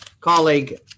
colleague